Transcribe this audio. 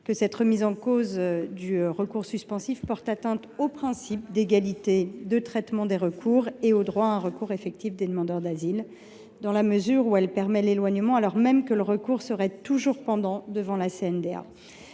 que cette remise en cause du caractère suspensif du recours porte atteinte au principe d’égalité de traitement des recours et au droit à un recours effectif des demandeurs d’asile, dans la mesure où elle permet l’éloignement d’un étranger, alors même que son recours est toujours pendant devant la CNDA.